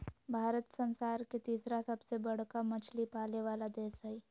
भारत संसार के तिसरा सबसे बडका मछली पाले वाला देश हइ